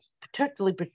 particularly